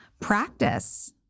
Practice